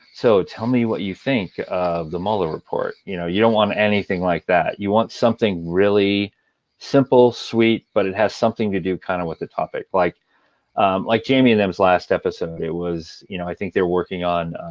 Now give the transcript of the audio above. so tell me what you think of the mueller report. you know you don't want anything like that. you want something really simple, sweet, but it has something to do kind of with a topic. like like jamie and them's last episode, it was you know i think they're working on